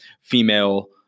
female